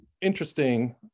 interesting